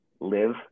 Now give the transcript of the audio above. live